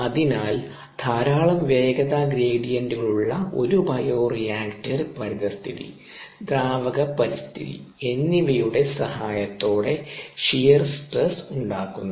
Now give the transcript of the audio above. അതിനാൽ ധാരാളം വേഗത ഗ്രേഡിയന്റുകളുള്ള ഒരു ബയോറിയാക്ടർ പരിതസ്ഥിതി ദ്രാവക പരിസ്ഥിതി എന്നിവയുടെ സഹായത്തോടെ ഷിയർ സ്ട്രെസ് ഉണ്ടാക്കുന്നു